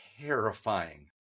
terrifying